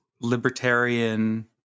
libertarian